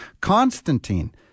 Constantine